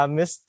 Miss